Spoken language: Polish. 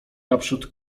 naprzód